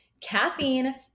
Caffeine